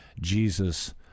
Jesus